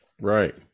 Right